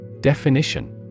Definition